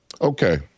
Okay